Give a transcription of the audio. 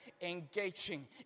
engaging